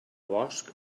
bosc